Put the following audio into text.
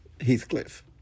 Heathcliff